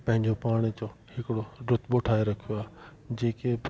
पंहिंजो पाण जो हिकिड़ो रुतबो ठाहे रखियो आहे जेके